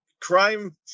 crime